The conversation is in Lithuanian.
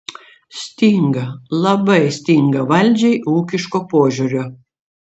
stinga labai stinga valdžiai ūkiško požiūrio